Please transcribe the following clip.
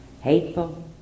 hateful